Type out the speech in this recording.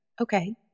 Okay